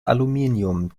aluminium